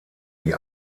die